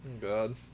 god